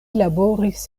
laboris